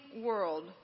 world